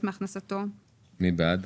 מי נגד?